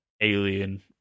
alien